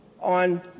on